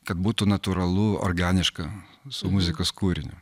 kad būtų natūralu organiška su muzikos kūriniu